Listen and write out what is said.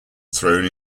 thrown